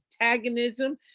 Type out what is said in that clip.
antagonism